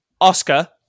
Oscar